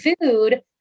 food